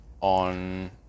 on